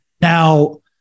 Now